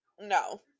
No